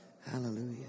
Hallelujah